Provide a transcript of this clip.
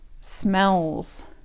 smells